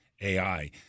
AI